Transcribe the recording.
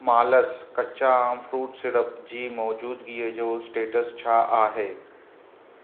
मालस कचा आम फ्रूट सिरप जी मौजूदगीअ जो स्टेटस छा आहे